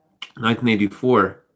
1984